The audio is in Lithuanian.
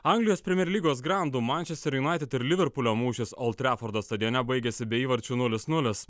anglijos primer lygos grandų mančester junaited ir liverpulio mūšis altrafordo stadione baigėsi be įvarčių nulis nulis